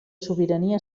sobirania